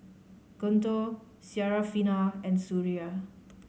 Guntur Syarafina and Suria